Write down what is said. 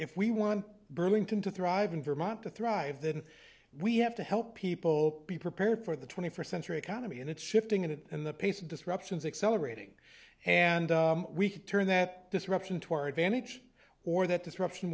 if we want burlington to thrive in vermont to thrive that we have to help people be prepared for the twenty first century economy and it's shifting and the pace disruptions accelerating and we can turn that disruption to our advantage or that disruption